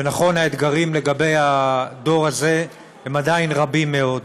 ונכון, האתגרים לגבי הדור הזה הם עדיין רבים מאוד,